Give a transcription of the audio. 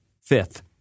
Fifth